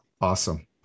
Awesome